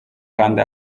kandi